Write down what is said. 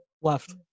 Left